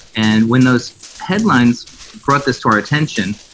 and when those headlines brought this to our attention,